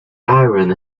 aaron